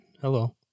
Hello